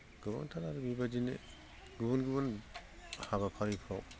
गोबांथार बेबायदिनो गुबुन गुबुन हाबाफारिफोराव